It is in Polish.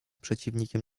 przeciwnikiem